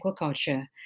Aquaculture